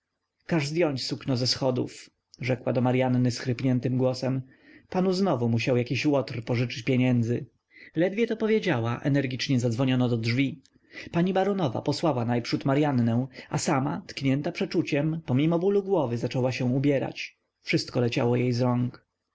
zdjąć sukno ze schodów rzekła do maryanny schrypniętym głosem panu znowu musiał jakiś łotr pożyczyć pieniędzy ledwie to powiedziała energicznie zadzwoniono do drzwi pani baronowa posłała najprzód maryannę a sama tknięta przeczuciem pomimo bólu głowy zaczęła się ubierać wszystko leciało jej z